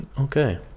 Okay